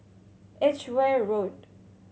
Edgeware Road